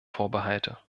vorbehalte